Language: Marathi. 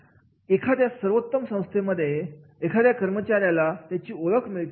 एखाद्या सर्वोत्तम संस्थेमध्ये खाद्या कर्मचार्याला त्याची ओळख मिळते